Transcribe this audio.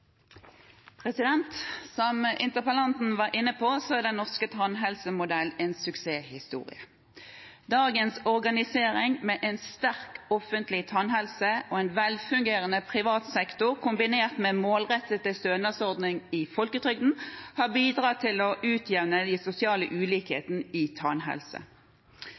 reformen. Som interpellanten var inne på, er den norske tannhelsemodellen en suksesshistorie. Dagens organisering, med en sterk offentlig tannhelse og en velfungerende privat sektor kombinert med målrettede stønadsordninger i folketrygden, har bidratt til å utjevne de sosiale ulikhetene i tannhelse.